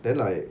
then like